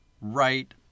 right